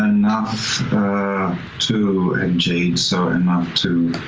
enough to and jade, so enough to